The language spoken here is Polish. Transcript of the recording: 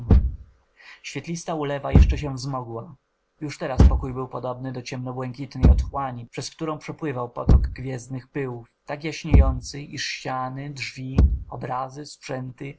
świetlista ulewa jeszcze się wzmogła już teraz pokój był podobny do ciemno błękitnej otchłani przez którą przepływał potok gwiezdnych pyłów tak jaśniejący iż ściany drzwi obrazy sprzęty